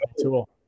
tool